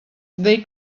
they